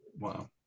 Wow